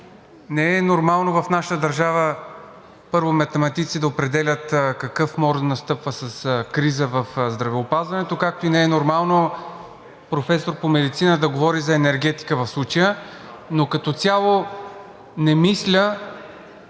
Не е нормално в нашата държава първо математици да определят какъв мор настъпва с криза в здравеопазването, както и не е нормално професор по медицина да говори за енергетика в случая, но като цяло не мисля,